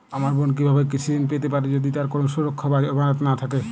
আমার বোন কীভাবে কৃষি ঋণ পেতে পারে যদি তার কোনো সুরক্ষা বা জামানত না থাকে?